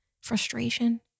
frustration